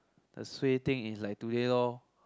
a suay thing is like today lor